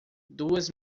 duas